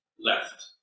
left